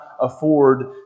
afford